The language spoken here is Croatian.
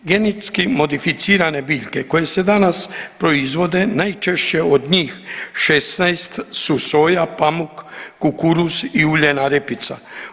Genetski modificirane biljke koje se danas proizvode, najčešće od njih 16 su soja, pamuk, kukuruz i uljana repica.